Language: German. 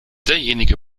derjenige